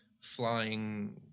flying